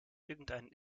irgendeinen